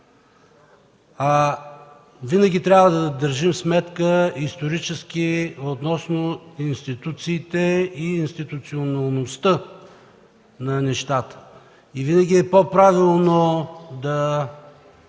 Винаги трябва да държим сметка исторически относно институциите и институционалността на нещата и винаги е по-правилно да